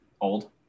old